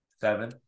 Seven